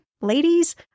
ladies